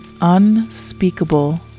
unspeakable